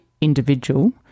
individual